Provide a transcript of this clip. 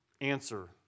answer